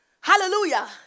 hallelujah